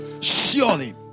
Surely